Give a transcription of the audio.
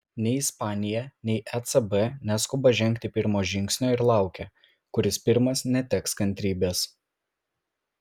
nei ispanija nei ecb neskuba žengti pirmo žingsnio ir laukia kuris pirmas neteks kantrybės